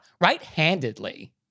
right-handedly